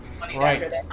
right